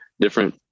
different